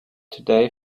today